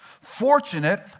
Fortunate